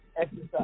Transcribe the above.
exercise